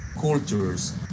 cultures